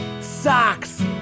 Socks